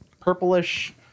purplish